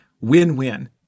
Win-win